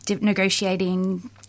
negotiating